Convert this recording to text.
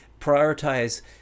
prioritize